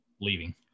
leaving